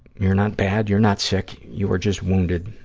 you're not bad. you're not sick. you were just wounded.